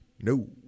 No